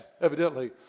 evidently